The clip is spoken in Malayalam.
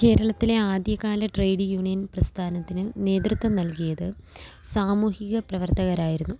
കേരളത്തിലെ ആദ്യകാല ട്രേഡ് യൂണിയൻ പ്രസ്ഥാനത്തിന് നേതൃത്വം നൽകിയത് സാമൂഹിക പ്രവർത്തകരായിരുന്നു